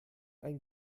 ein